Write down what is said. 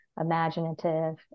imaginative